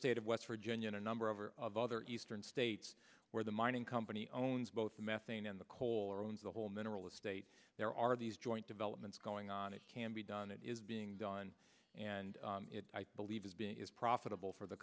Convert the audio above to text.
state of west virginia in a number of or of other eastern states where the mining company owns both the methane and the coal or owns the whole mineral estate there are these joint developments going on it can be done it is being done and i believe it is profitable for the